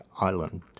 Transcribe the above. island